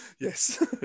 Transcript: Yes